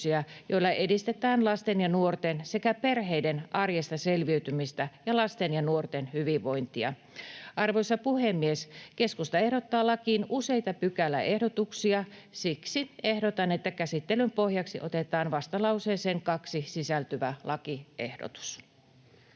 joilla edistetään lasten ja nuorten sekä perheiden arjesta selviytymistä ja lasten ja nuorten hyvinvointia. Arvoisa puhemies! Keskusta ehdottaa lakiin useita pykäläehdotuksia. Siksi ehdotan, että käsittelyn pohjaksi otetaan vastalauseeseen 2 sisältyvä lakiehdotus.